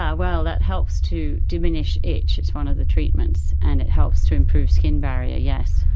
ah well, that helps to diminish itch, it's one of the treatments, and it helps to improve skin barrier, yes.